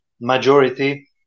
majority